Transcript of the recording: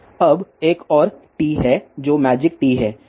अब एक और टी है जो मैजिक टी है